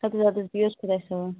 اَدٕ حظ اَدٕ حظ بِہِو حظ خۄدایَس حوال